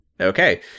Okay